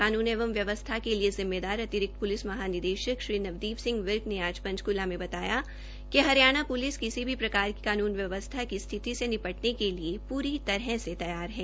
कानून एवं व्यवस्था के लिए जिम्मेदार अतिरिक्त प्लिस महानिदेशक श्री नवदीप सिंह विर्क ने आज पंचकूला में बताया कि हरियाणा प्लिस किसी भी प्रकार की कानून व्यवस्था की स्थिति से निपटने के लिए पूरी तरह से तैयार है